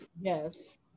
yes